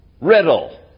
riddle